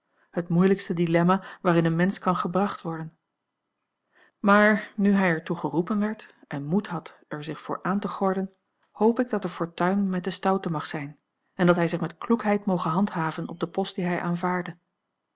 het moeilijkste dilemma waarin een mensch kan gebracht worden maar nu hij er toe geroepen werd en moed had er zich voor aan te gorden hoop ik dat de fortuin a l g bosboom-toussaint langs een omweg met den stoute mag zijn en dat hij zich met kloekheid moge handhaven op den post dien hij aanvaardde